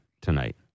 tonight